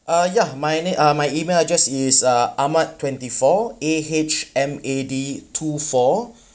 uh ya my name uh my email are just is uh Ahmad twenty four A H M A D two four